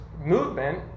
movement